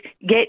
get